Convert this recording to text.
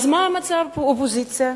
אז מה מצאה האופוזיציה?